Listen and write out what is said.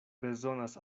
bezonas